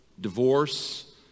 divorce